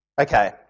Okay